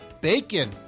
Bacon